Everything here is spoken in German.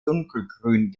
dunkelgrün